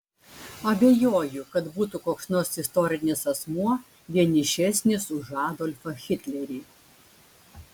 abejoju kad būtų koks nors istorinis asmuo vienišesnis už adolfą hitlerį